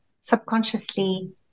subconsciously